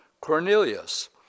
Cornelius